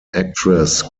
actress